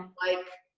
like,